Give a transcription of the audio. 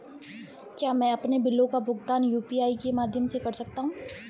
क्या मैं अपने बिलों का भुगतान यू.पी.आई के माध्यम से कर सकता हूँ?